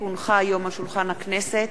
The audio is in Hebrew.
כי הונחה היום על שולחן הכנסת,